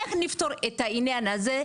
איך נפתור את העניין הזה,